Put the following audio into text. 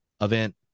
event